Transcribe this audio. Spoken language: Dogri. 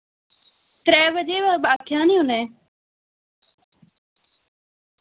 त्रै बजे बजे आखेआ हि नि उ'नें